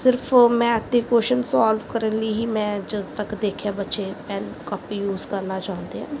ਸਿਰਫ਼ ਮੈਥ ਦੇ question solve ਕਰਨ ਲਈ ਹੀ ਮੈਂ ਜਦੋਂ ਤੱਕ ਦੇਖਿਆ ਬੱਚੇ ਪੈੱਨ ਕੋਪੀ ਯੂਜ ਕਰਨਾ ਚਾਹੁੰਦੇ ਆ